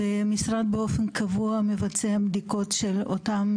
ומשרד באופן קבוע מבצע בדיקות של אותן